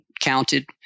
counted